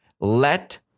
let